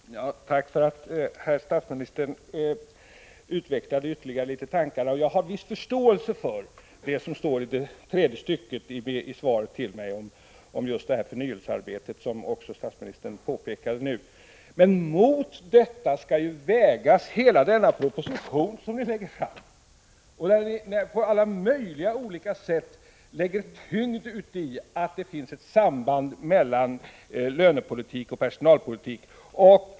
Fru talman! Tack för att herr statsministern utvecklade ytterligare litet tankar. Jag har viss förståelse för det som står i tredje stycket i svaret till mig om förnyelsearbetet, som statsministern också påpekade nu. Men mot detta skall ju vägas hela denna proposition som ni lägger fram, som på alla möjliga sätt lägger tyngd uti att det finns ett samband mellan lönepolitik och personalpolitik.